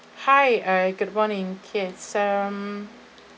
hi uh good running yes um